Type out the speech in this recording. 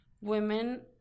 women